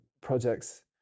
projects